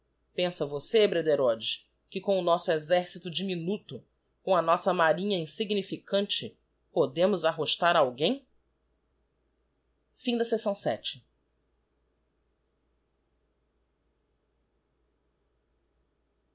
pensa você brederodes que com o nosso exercito diminuto com a nossa marinha insignificante podemos arrostar a alguém